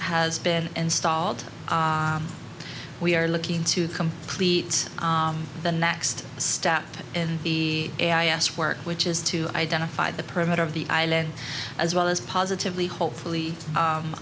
has been installed we are looking to complete the next step in the last work which is to identify the permit of the island as well as positively hopefully